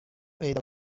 پیدا